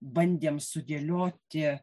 bandėm sudėlioti